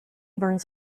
burns